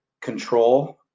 control